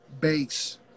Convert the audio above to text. base